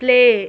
play